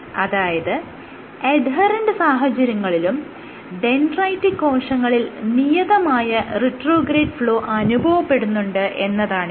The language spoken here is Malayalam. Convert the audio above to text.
അതായത് എഡ്ഹെറെന്റ് സാഹചര്യങ്ങളിലും ഡെൻഡ്രൈറ്റിക് കോശങ്ങളിൽ നിയതമായ റിട്രോഗ്രേഡ് ഫ്ലോ അനുഭവപ്പെടുന്നുണ്ട് എന്നതാണിത്